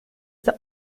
the